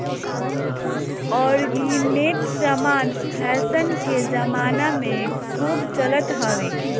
organic समान fashion के जमाना में खूब चलत हवे